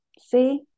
See